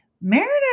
Meredith